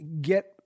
get